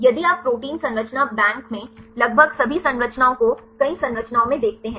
यदि आप प्रोटीन संरचना बैंक में लगभग सभी संरचनाओं को कई संरचनाओं में देखते हैं